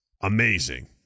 amazing